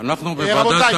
אנחנו בוועדת,